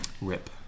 rip